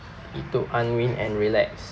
it to unwind and relax